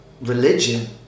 religion